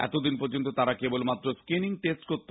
এতদিন পর্যন্ত তারা কেবলমাত্র স্ক্রিনিং টেস্ট করত